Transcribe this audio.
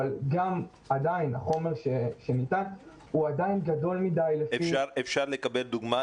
אבל עדיין החומר שניתן הוא עדיין גדול מדי לפי --- אפשר לקבל דוגמה?